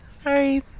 sorry